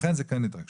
ולכן זה כן התרגשות